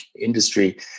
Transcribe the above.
industry